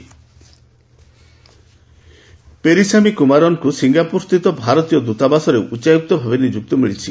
high commissioner Periasamy କୁମାରନଙ୍କୁ Singapore ସ୍ଥିତ ଭାରତୀୟ ଦୂତାବାସରେ ଉଚ୍ଚାୟୁକ୍ତ ଭାବେ ନିଯୁକ୍ତି ମିଳିଛି